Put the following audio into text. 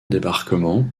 débarquement